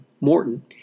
Morton